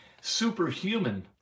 superhuman